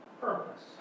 purpose